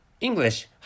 English